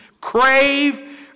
Crave